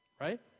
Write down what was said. right